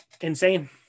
insane